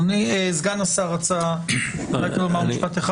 סגן השר רצה לומר משפט.